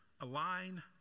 align